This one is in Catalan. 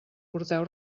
porteu